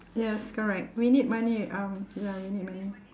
yes correct we need money um ya we need money